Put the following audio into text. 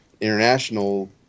international